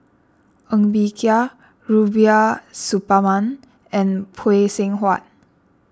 Ng Bee Kia Rubiah Suparman and Phay Seng Whatt